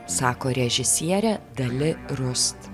sako režisierė dali rust